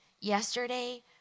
yesterday